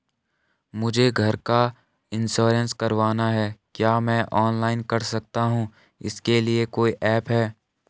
मुझे घर का इन्श्योरेंस करवाना है क्या मैं ऑनलाइन कर सकता हूँ इसके लिए कोई ऐप है?